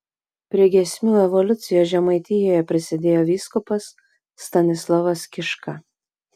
prie giesmių evoliucijos žemaitijoje prisidėjo vyskupas stanislovas kiška